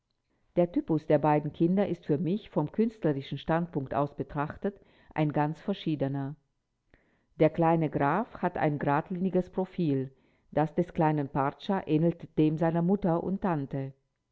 der typus der beiden kinder ist für mich vom künstlerischen standpunkt aus betrachtet ein ganz verschiedener der kleine graf hat ein gradliniges profil das des kleinen pracza ähnelt dem seiner mutter und tante